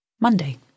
Monday